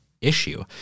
issue